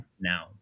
Now